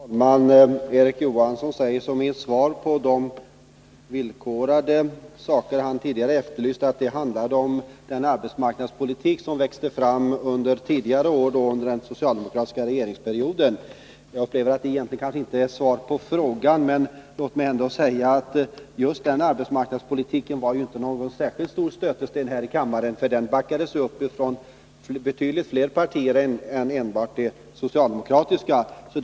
Herr talman! Erik Johansson säger att de villkorade åtgärder han tidigare efterlyst handlade om den arbetsmarknadspolitik som växte fram under tidigare år — under den socialdemokratiska regeringsperioden. Jag tycker egentligen inte att det är svar på frågan. Men låt mig ändå säga att just den arbetsmarknadspolitiken var ju inte någon särskilt stor stötesten här i kammaren, för den backades upp av betydligt fler partier än det socialdemokratiska partiet.